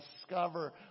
Discover